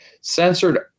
censored